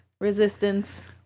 Resistance